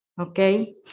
okay